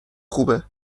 خوبه